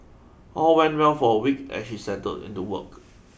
all went well for a week as she settled into work